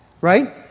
right